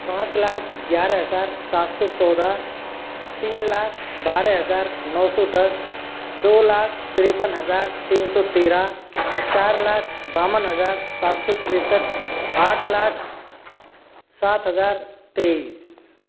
पाँच लाख ग्यारह हज़ार सात सौ चौदह तीन लाख बारह हज़ार नौ सौ दस दो लाख तिरपन हज़ार तीन सौ तेरह चार लाख बावन हज़ार साथ सौ तिरसठ आठ लाख सात हज़ार तेईस